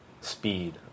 Speed